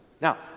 Now